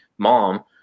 mom